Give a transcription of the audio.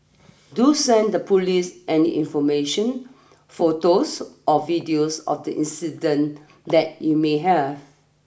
do send the police any information photos or videos of the incident that you may have